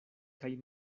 kaj